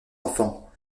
enfants